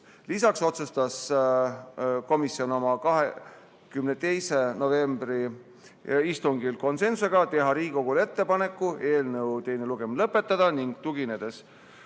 Lisaks otsustas komisjon oma 22. novembri istungil (konsensusega) teha Riigikogule ettepaneku eelnõu teine lugemine lõpetada, ning tuginedes